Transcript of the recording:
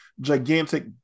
gigantic